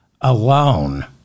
alone